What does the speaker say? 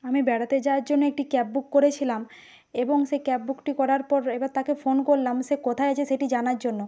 আমি বেড়াতে যাওয়ার জন্য একটি ক্যাব বুক করেছিলাম এবং সেই ক্যাব বুকটি করার পর এবার তাকে ফোন করলাম সে কোথায় আছে সেটি জানার জন্য